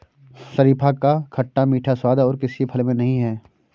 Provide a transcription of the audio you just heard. शरीफा का खट्टा मीठा स्वाद और किसी फल में नही है